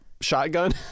shotgun